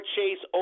Chase